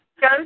go